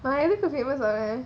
நான்எதுக்கு: naan edhukku famous I am